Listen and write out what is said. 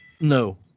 No